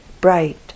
bright